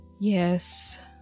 Yes